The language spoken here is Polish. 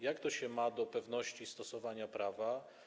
Jak to się ma do pewności stosowania prawa.